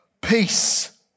Peace